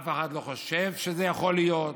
אף אחד לא חושב שזה יכול להיות.